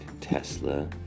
tesla